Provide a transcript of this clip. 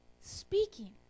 speaking